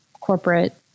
corporate